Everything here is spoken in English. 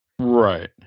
Right